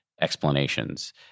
explanations